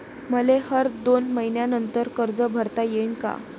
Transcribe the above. मले हर दोन मयीन्यानंतर कर्ज भरता येईन का?